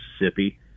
Mississippi